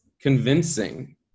convincing